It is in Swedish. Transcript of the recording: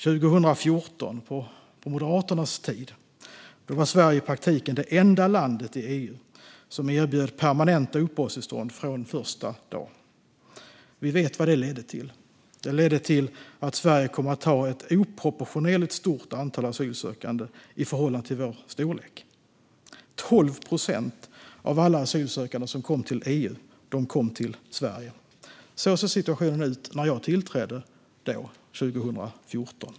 År 2014, på Moderaternas tid, var Sverige i praktiken det enda landet i EU som erbjöd permanenta uppehållstillstånd från första dagen. Vi vet vad det ledde till. Det ledde till att Sverige kom att ta emot ett oproportionerligt stort antal asylsökande i förhållande till landets storlek - 12 procent av alla asylsökande som kom till EU kom till Sverige. Så såg situationen ut 2014, när jag tillträdde.